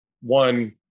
one